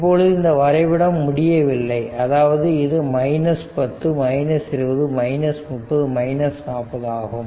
இப்பொழுது இந்த வரைபடம் முடிவடையவில்லை அதாவது இது 10 20 30 40 ஆகும்